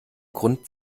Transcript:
grund